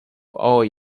oil